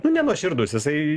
nu nenuoširdus jisai